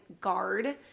guard